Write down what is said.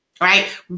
right